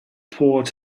poured